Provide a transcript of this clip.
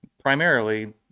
primarily